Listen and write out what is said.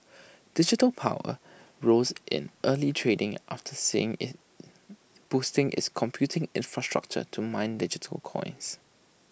digital power rose in early trading after saying boosting its computing infrastructure to mine digital coins